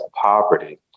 poverty